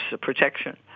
protection